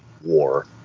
war